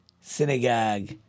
synagogue